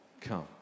come